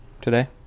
today